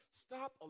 Stop